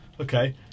Okay